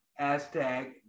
hashtag